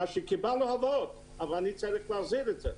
קיבלנו הלוואות אבל אני צריך להחזיר אותן,